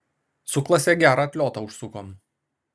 su klase gerą atliotą užsukom